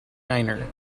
niner